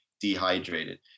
dehydrated